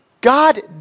God